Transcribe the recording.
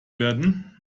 werden